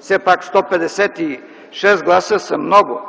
все пак 156 гласа са много,